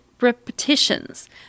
repetitions